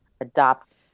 Adopt